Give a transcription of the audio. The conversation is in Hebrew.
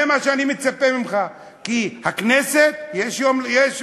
זה מה שאני מצפה ממך, כי הכנסת, יש מחר,